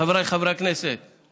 חבריי חברי הכנסת,